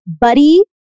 buddy